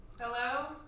Hello